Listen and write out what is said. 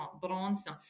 brands